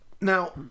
Now